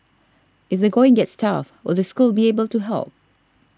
if they going gets tough will the school be able to help